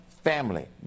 family